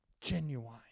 genuine